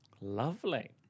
Lovely